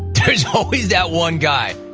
there's always that one guy!